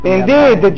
Indeed